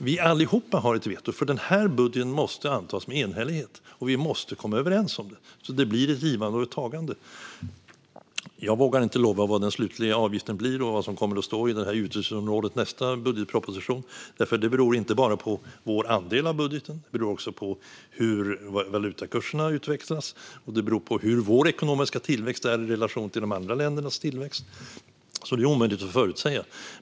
Vi har allihop ett veto, för budgeten måste antas med enhällighet. Vi måste komma överens om den, så det blir ett givande och ett tagande. Jag vågar inte lova vad den slutliga avgiften blir och vad som kommer att stå i detta utgiftsområde i nästa budgetproposition, för det beror inte bara på vår andel av budgeten. Det beror också på hur valutakurserna har utvecklats och hur Sveriges ekonomiska tillväxt är i relation till de andra ländernas tillväxt. Det är alltså omöjligt att förutsäga.